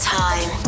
time